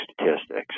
statistics